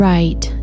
Right